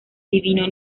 divino